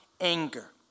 anger